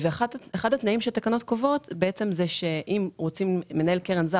אחד התנאים שהתקנות קובעות זה שאם מנהל קרן זר